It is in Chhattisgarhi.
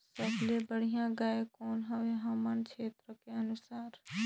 सबले बढ़िया गाय कौन हवे हमर क्षेत्र के अनुसार?